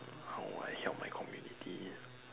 err how I help my community